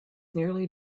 nearly